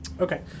Okay